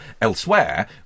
elsewhere